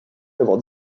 avoir